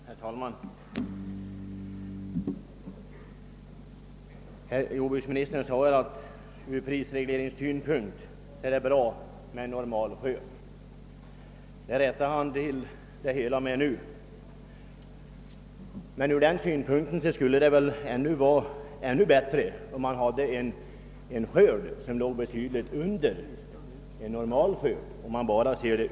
Herr talman! Jordbruksministern rättade till sitt tidigare uttalande genom att framhålla att från prisregleringssynpunkt är det bra med normalskörd. Ja, från den synpunkten skulle det väl vara ännu bättre om man hade en skörd som låg betydligt under en normalskörd.